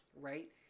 Right